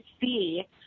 see